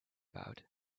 about